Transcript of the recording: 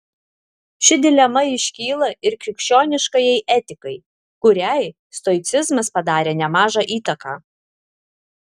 ši dilema iškyla ir krikščioniškajai etikai kuriai stoicizmas padarė nemažą įtaką